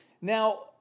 Now